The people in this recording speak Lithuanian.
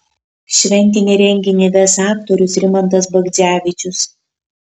šventinį renginį ves aktorius rimantas bagdzevičius